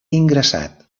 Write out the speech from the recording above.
ingressat